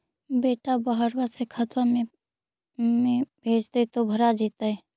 बेटा बहरबा से खतबा में भेजते तो भरा जैतय?